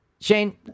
Shane